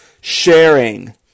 sharing